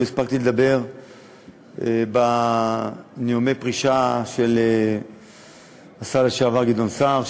לא הספקתי לדבר בזמן נאומי הפרידה מהשר לשעבר גדעון סער,